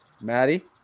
Maddie